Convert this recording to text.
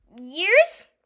years